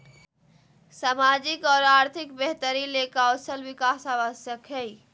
सामाजिक और आर्थिक बेहतरी ले कौशल विकास आवश्यक हइ